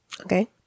Okay